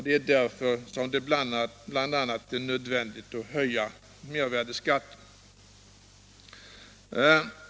Det är därför som det bl.a. är nödvändigt att höja mervärdeskatten.